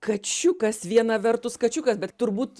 kačiukas viena vertus kačiukas bet turbūt